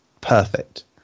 perfect